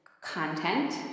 content